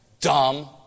dumb